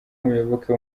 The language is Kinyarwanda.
umuyoboke